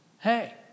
Hey